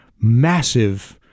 massive